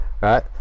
right